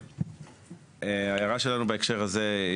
ההערה שלנו בהקשר הזה,